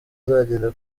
azagenda